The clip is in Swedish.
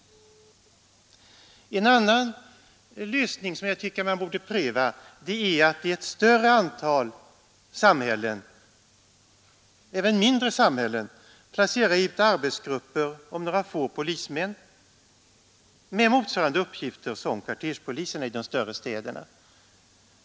En annan lösning som jag tycker att man borde pröva är att i ett större antal samhällen — även mindre samhällen — placera ut arbetsgrupper om några få polismän med samma uppgifter som kvarterspoliserna i de större städerna.